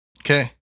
Okay